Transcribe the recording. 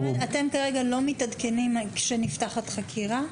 אתם כרגע לא מתעדכנים כשנפתחת חקירה?